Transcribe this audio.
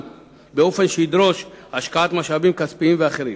באופן שידרוש השקעת משאבים כספיים ואחרים.